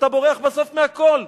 אתה בורח בסוף מהכול.